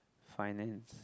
finance